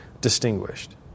distinguished